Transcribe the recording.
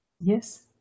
Yes